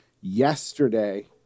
yesterday